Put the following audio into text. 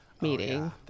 meeting